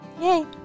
Yay